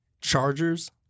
Chargers